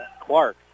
Clark